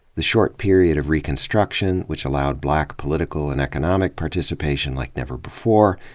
the short period of reconstruction, which allowed black political and economic participation like never before,